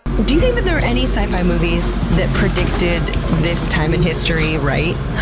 do you think that there are any sci-fi movies that predicted this time in history right?